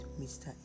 mr